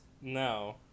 No